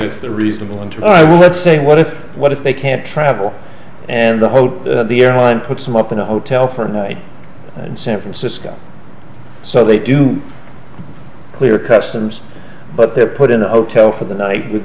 the reasonable into i would say what if what if they can't travel and the whole the airline puts them up in a hotel for a night in san francisco so they do clear customs but they're put in a hotel for the night with